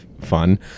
fun